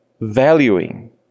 valuing